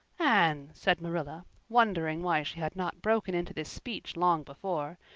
anne, said marilla, wondering why she had not broken into this speech long before,